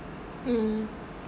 mm